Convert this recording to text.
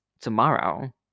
Tomorrow